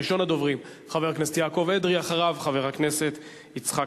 ראשון הדוברים, חבר הכנסת יעקב אדרי.